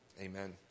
Amen